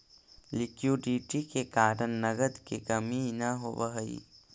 liquidity के कारण नगद के कमी न होवऽ हई